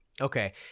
Okay